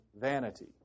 vanity